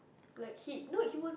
like he no he would